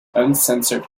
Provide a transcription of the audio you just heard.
uncensored